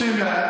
30 מיליארד.